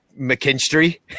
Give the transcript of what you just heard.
McKinstry